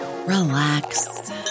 relax